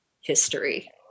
history